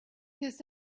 this